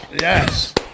yes